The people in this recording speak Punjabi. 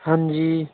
ਹਾਂਜੀ